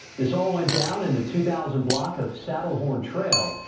this all went down in a two thousand block of saddle horn trail.